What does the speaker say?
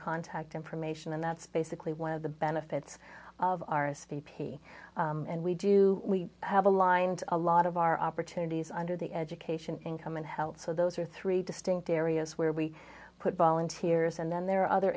contact information and that's basically one of the benefits of aristide pay and we do we have aligned a lot of our opportunities under the education income in health so those are three distinct areas where we put volunteers and then there are other